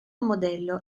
modello